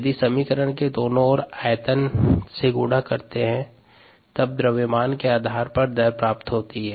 यदि समीकरण के दोनों ओर आयतन से गुणा करते हैं तब द्रव्यमान के आधार पर दर प्राप्त होती है